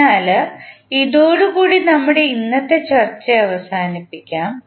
അതിനാൽ ഇതോടുകൂടി നമ്മുടെ ഇന്നത്തെ ചർച്ച അവസാനിപ്പിക്കാം